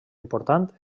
important